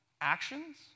actions